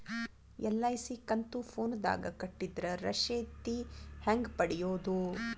LIC ಕಂತು ಫೋನದಾಗ ಕಟ್ಟಿದ್ರ ರಶೇದಿ ಹೆಂಗ್ ಪಡೆಯೋದು?